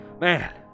man